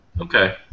Okay